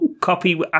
copy